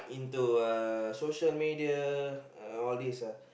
into uh social media uh all these uh